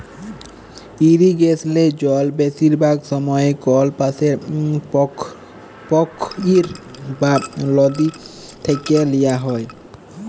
ইরিগেসলে জল বেশিরভাগ সময়ই কল পাশের পখ্ইর বা লদী থ্যাইকে লিয়া হ্যয়